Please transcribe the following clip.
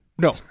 No